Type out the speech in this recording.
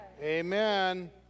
Amen